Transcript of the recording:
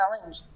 challenge